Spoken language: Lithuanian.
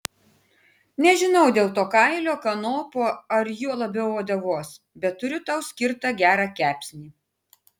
nežinau dėl to kailio kanopų ar juo labiau uodegos bet turiu tau skirtą gerą kepsnį